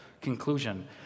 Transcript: conclusion